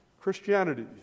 Christianity